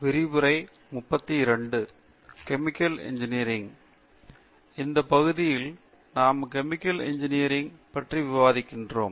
பேராசிரியர் பிரதாப் ஹரிதாஸ் இந்த பகுதிதியில் நாம் கெமிக்கல் இன்ஜினியரிங் பற்றி விவாதிக்கிறோம்